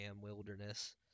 wilderness